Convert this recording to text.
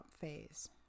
phase